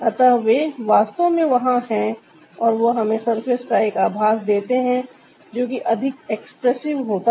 अतः वे वास्तव में वहां है और वह हमें सरफेस का एक आभास देते हैं जो कि अधिक एक्सप्रेसिव होता है